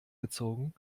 gezogen